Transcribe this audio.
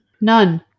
None